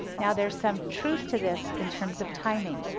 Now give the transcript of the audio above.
now there's some truth to this in terms of timing.